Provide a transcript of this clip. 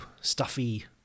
stuffy